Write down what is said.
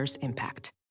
impact